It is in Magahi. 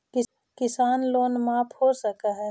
किसान लोन माफ हो सक है?